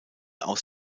aus